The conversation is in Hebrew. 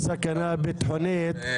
אתם יכולים להקים ועדה משותפת כשיש לכם רוב.